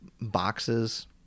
boxes